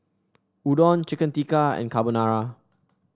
Udon Chicken Tikka and Carbonara